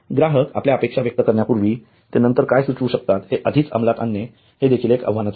ग्राहक आपल्या अपेक्षा व्यक्त करण्यापूर्वी ते नंतर काय सुचवू शकतात हे आधीच अंमलात आणणे हे देखील एक आव्हानच आहे